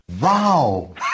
Wow